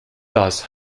das